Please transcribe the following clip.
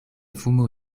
fumo